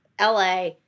LA